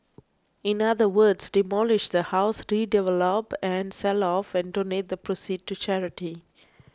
in other words demolish the house redevelop and sell off and donate the proceeds to charity